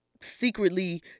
secretly